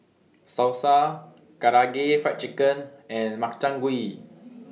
Salsa Karaage Fried Chicken and Makchang Gui